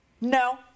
No